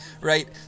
Right